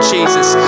Jesus